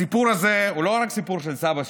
הסיפור הזה הוא לא רק סיפור של סבא שלי,